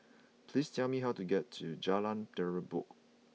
please tell me how to get to Jalan Terubok